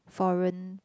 foreign